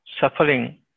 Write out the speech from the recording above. suffering